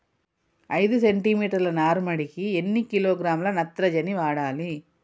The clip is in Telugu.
ఐదు సెంటిమీటర్ల నారుమడికి ఎన్ని కిలోగ్రాముల నత్రజని వాడాలి?